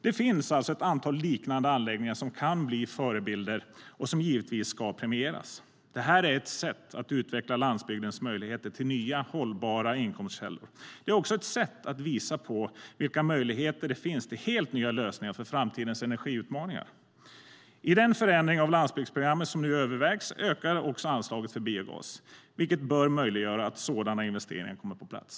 Det finns alltså ett antal liknande anläggningar som kan bli förebilder och som givetvis ska premieras. Detta är ett sätt att utveckla landsbygdens möjligheter till nya hållbara inkomstkällor. Det är också ett sätt att visa på vilka möjligheter det finns till helt nya lösningar för framtidens energiutmaningar. I den förändring av landsbygdsprogrammet som nu övervägs ökar också anslaget för biogas, vilket bör möjliggöra att sådana investeringar kommer på plats.